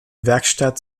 werkstatt